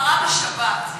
בשבת.